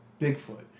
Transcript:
Bigfoot